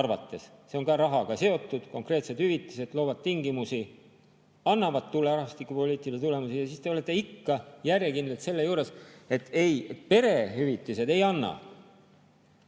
arvates – need on ka rahaga seotud konkreetsed hüvitised, loovad tingimusi – annavad tulemusi, rahvastikupoliitilisi tulemusi, siis te olete ikka järjekindlalt selle juures, et ei, perehüvitised ei anna